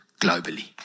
globally